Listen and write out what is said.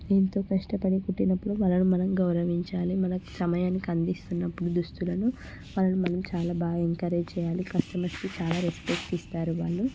ఇంత కష్టపడి కుట్టినప్పుడు వాళ్ళని మనం గౌరవించాలి మనకు సమయానికి అందిస్తున్నప్పుడు దుస్తులను వాళ్ళని మనం చాలా బాగా ఎంకరేజ్ చేయాలి కస్టమర్స్కి చాలా రెస్పెక్ట్ ఇస్తారు వాళ్ళు